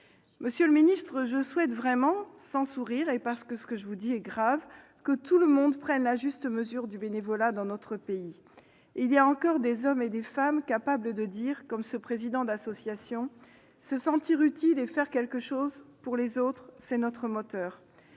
Monsieur le secrétaire d'État, je souhaite véritablement, sans sourire et parce que ce que je vous dis est grave, que tout le monde prenne la juste mesure du bénévolat dans notre pays. Il y a encore des hommes et des femmes capables de dire comme ce président d'association :« Se sentir utile et faire quelque chose pour les autres est notre moteur ».